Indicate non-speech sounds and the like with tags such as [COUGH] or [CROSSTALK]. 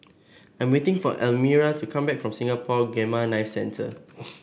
I'm waiting for Elmyra to come back from Singapore Gamma Knife Centre [NOISE]